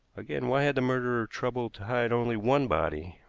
again, why had the murderer troubled to hide only one body?